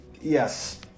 Yes